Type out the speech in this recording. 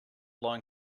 line